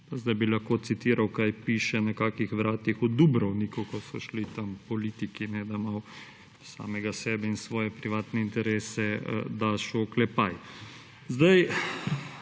Zdaj bi lahko citiral, kaj piše na kakih vratih v Dubrovniku, ko so šli tam politiki, da malo samega sebe in svoje privatne interese daš v oklepaj.